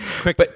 Quick